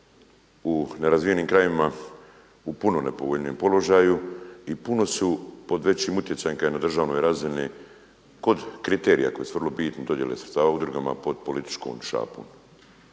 u nerazvijenim krajevima u puno nepovoljnijem položaju i puno su pod većim utjecajem kada je na državnoj razini kod kriterija koji su vrlo bitni dodjele sredstava udrugama pod političkom šapom.